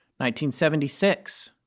1976